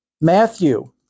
Matthew